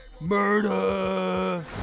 Murder